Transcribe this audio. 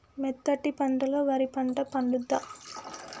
మెత్తటి మట్టిలో వరి పంట పండుద్దా?